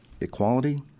equality